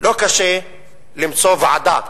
לא קשה למצוא ועדה,